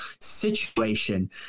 situation